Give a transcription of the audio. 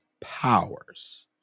powers